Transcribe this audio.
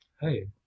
Hey